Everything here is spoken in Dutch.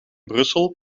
brussel